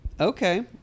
Okay